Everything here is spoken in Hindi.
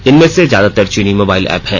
इनमें से ज्यादातर चीनी मोबाइल एप हैं